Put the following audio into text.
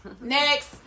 Next